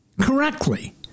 correctly